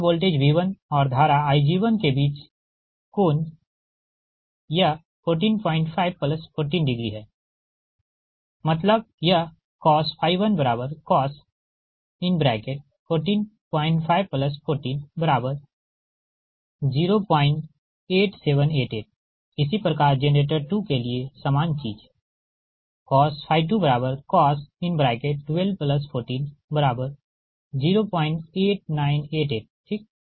तो यह वोल्टेज V1और धारा Ig1 के बीच कोण यह 14514 डिग्री है मतलब यह cos 1 cos 14514 08788 इसी प्रकार जेनरेटर 2 के लिए सामान चीज cos 2 cos 1214 08988 ठीक